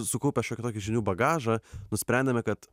sukaupę šiokį tokį žinių bagažą nusprendėme kad